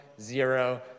zero